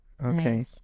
Okay